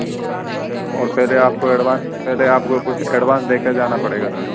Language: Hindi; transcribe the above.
और पहले आपको एडवांस पहले आपको कुछ एडवांस देके जाना पड़ेगा सर